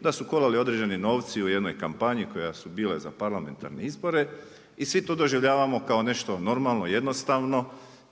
da su kolali određeni novci u jednoj kampanji koja su bile za parlamentarne izbore i svi to doživljavamo kao nešto normalno jednostavno